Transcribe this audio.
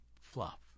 fluff